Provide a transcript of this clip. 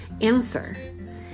answer